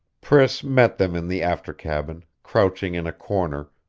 priss met them in the after cabin, crouching in a corner,